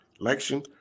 election